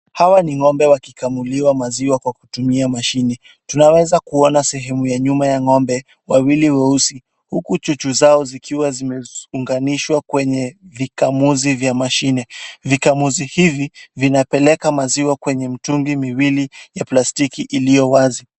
Hawa ni ng'ombe wakikamuliwa maziwa kwa kutumia mashine, tunaweza kuona sehemu ya nyuma ya ng'ombe wawili weusi huku chuchu zao zikiwa zimeunganishwa kwenye vikamuzi vya mashine. Vikamuzi hivi vinapeleka maziwa kwenye mitungi ya plastiki iliyowazi.